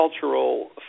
cultural